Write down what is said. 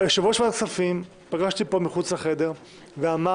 יושב-ראש ועדת הכספים פגש אותי פה מחוץ לחדר ואמר